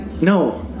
No